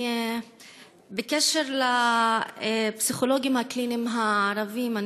בקשר לפסיכולוגים הקליניים הערבים.